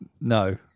no